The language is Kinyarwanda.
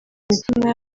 imitima